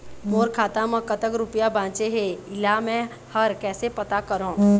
मोर खाता म कतक रुपया बांचे हे, इला मैं हर कैसे पता करों?